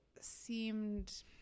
seemed